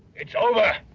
it's over.